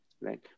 right